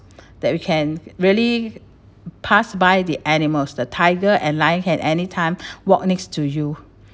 that we can really pass by the animals the tiger and lion can anytime walk next to you